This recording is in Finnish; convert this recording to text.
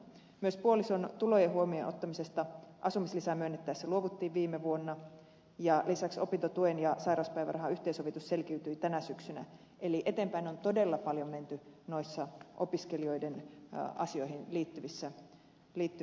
myös puolison tulojen huomioon ottamisesta asumislisää myönnettäessä luovuttiin viime vuonna ja lisäksi opintotuen ja sairauspäivärahan yhteensovitus selkiytyi tänä syksynä eli eteenpäin on todella paljon menty noissa opiskelijoihin liittyvissä asioissa